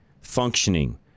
functioning